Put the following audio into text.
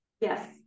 yes